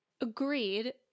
agreed